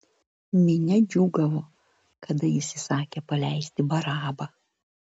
minia džiūgavo kada jis įsakė paleisti barabą